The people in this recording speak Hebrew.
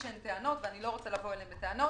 בטענות ואני לא רוצה לבוא אליהם בטענות.